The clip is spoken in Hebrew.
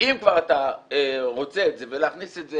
אם כבר אתה רוצה את זה ולהכניס את זה